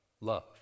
love